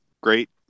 Great